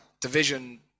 division